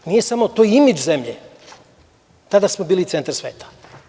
To nije samo imidž zemlje, tada smo bili centar sveta.